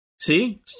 See